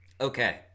Okay